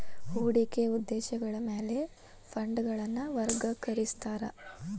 ಹೂಡಿಕೆಯ ಉದ್ದೇಶಗಳ ಮ್ಯಾಲೆ ಫಂಡ್ಗಳನ್ನ ವರ್ಗಿಕರಿಸ್ತಾರಾ